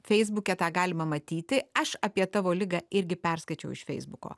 feisbuke tą galima matyti aš apie tavo ligą irgi perskaičiau iš feisbuko